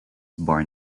born